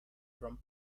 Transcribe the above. from